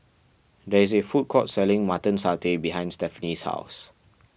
there is a food court selling Mutton Satay behind Stephani's house